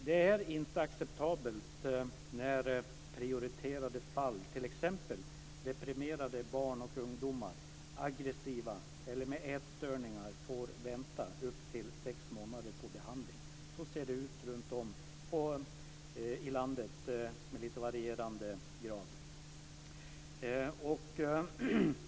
Det är inte acceptabelt när prioriterade fall, t.ex. deprimerade barn och ungdomar, aggressiva eller med ätstörningar, får vänta upp till sex månader på behandling. Så ser det i varierande grad ut runt om i landet.